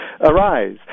arise